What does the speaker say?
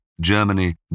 Germany